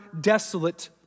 desolate